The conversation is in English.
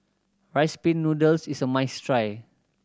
Rice Pin Noodles is a must try